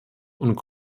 und